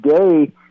today –